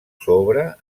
sobre